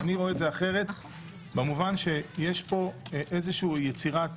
אני רואה את זה אחרת במובן שיש פה איזושהי יצירת